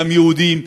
גם יהודים,